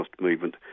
movement